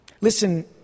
Listen